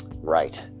Right